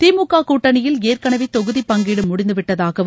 திமுக கூட்டணியில் ஏற்கனவே தொகுதி பங்கீடு முடிந்துவிட்டதாகவும்